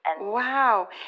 Wow